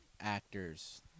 actors